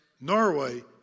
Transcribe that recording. Norway